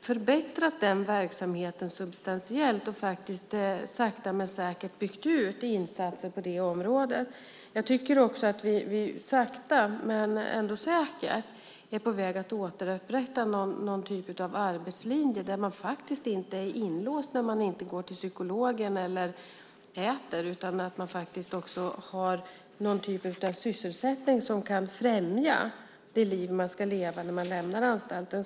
förbättrat verksamheten substantiellt och faktiskt sakta men säkert byggt ut insatser på det området. Jag tycker också att vi sakta men säkert är på väg att återupprätta någon typ av arbetslinje där man faktiskt inte är inlåst när man inte går till psykologen eller äter, utan man faktiskt också har någon typ av sysselsättning som kan främja det liv man ska leva när man lämnar anstalten.